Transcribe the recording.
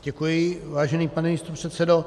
Děkuji, vážený pane místopředsedo.